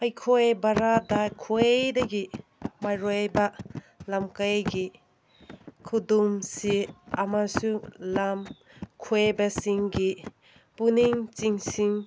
ꯑꯩꯈꯣꯏ ꯚꯥꯔꯠꯇ ꯈ꯭ꯋꯥꯏꯗꯒꯤ ꯃꯔꯨ ꯑꯣꯏꯕ ꯂꯝꯀꯩꯒꯤ ꯈꯨꯗꯣꯜꯁꯤ ꯑꯃꯁꯨꯡ ꯂꯝ ꯀꯣꯏꯕꯁꯤꯡꯒꯤ ꯄꯨꯛꯅꯤꯡ ꯆꯤꯡꯁꯤꯟ